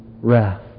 wrath